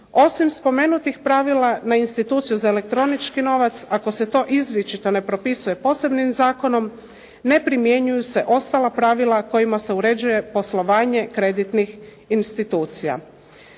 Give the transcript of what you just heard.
Osim spomenutih pravila na Instituciju za elektronički novac, ako se to izričito ne propisuje posebnim zakonom, ne primjenjuju se ostala pravila kojima se uređuje poslovanje kreditnih institucija.